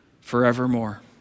forevermore